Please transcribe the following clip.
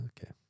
Okay